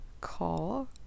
call